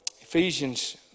Ephesians